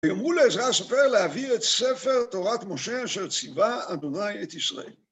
הם אמרו לעזרא הסופר להעביר את ספר תורת משה שציווה אדוני את ישראל.